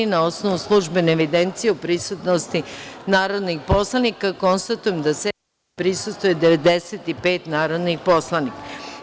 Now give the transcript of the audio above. Na osnovu službene evidencije o prisutnosti narodnih poslanika, konstatujem da sednici prisustvuje 95 narodnih poslanika.